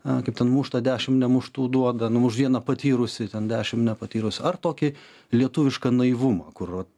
akį ten muštą dešimt nemuštų duoda nu už vieną patyrusį ten dešimt nepatyrus ar tokį lietuvišką naivumą kur vat